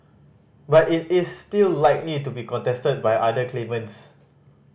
but it is still likely to be contested by other claimants